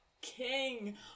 King